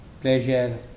pleasure